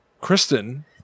Kristen